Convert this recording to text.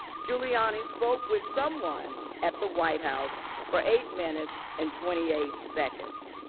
giuliani spoke with someone at the white house for eight minutes and twenty eight seconds.